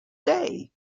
day